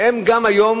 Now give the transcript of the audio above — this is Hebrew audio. והם גם היום